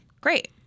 Great